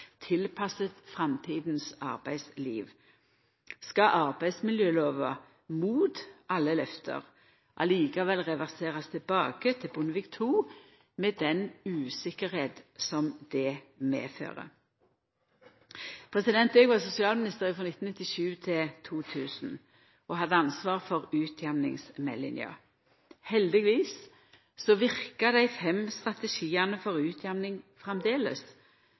tilpasset dagens og framtidens arbeidsliv.» Skal arbeidsmiljølova mot alle løfte likevel reverserast til Bondevik IIs tid, med den utryggleik som det medfører? Då eg var sosialminister, frå 1997 til 2000, hadde eg ansvaret for utjamningsmeldinga. Heldigvis verkar dei fem strategiane for utjamning